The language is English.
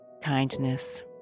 kindness